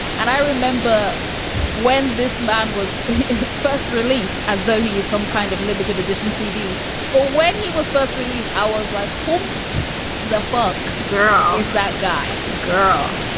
and i remember when this man was first released as though he is some kind of limited edition c d. or when he was first released, i was like, holmes the fuck girl is that guy girl?